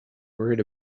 worried